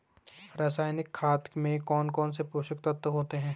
रासायनिक खाद में कौन कौन से पोषक तत्व होते हैं?